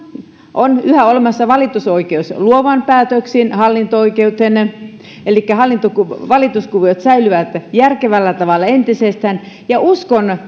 on yhä olemassa valitusoikeus luovan päätöksistä hallinto oikeuteen elikkä valituskuviot säilyvät järkevällä tavalla entisellään ja uskon